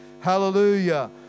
Hallelujah